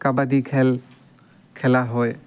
কাবাডী খেল খেলা হয়